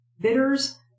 bitters